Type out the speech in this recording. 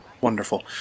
Wonderful